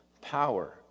power